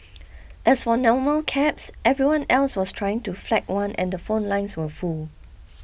as for normal cabs everyone else was trying to flag one and the phone lines were full